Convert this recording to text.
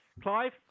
Clive